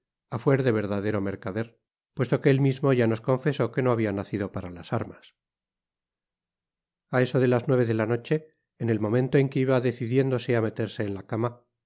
á fuer de verdadero mercader puesto que él mismo ya nos confesó que no habia nacido para las armas a eso de las nueve de la noche en el momento en que iba decidiéndose á meterse en la cama